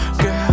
girl